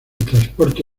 transporte